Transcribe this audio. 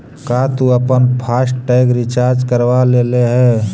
का तु अपन फास्ट टैग रिचार्ज करवा लेले हे?